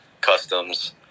customs